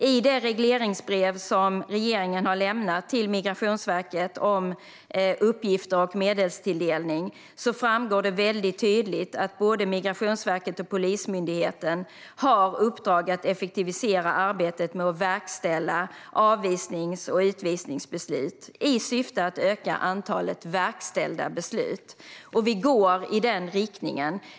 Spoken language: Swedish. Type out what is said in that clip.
I det regleringsbrev som regeringen har lämnat till Migrationsverket om uppgifter och medelstilldelning framgår tydligt att både Migrationsverket och Polismyndigheten har i uppdrag att effektivisera arbetet med att verkställa avvisnings och utvisningsbeslut, i syfte att öka antalet verkställda beslut. Vi går i den riktningen.